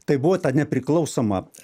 tai buvo ta nepriklausoma